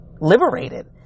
liberated